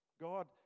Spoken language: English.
God